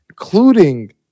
including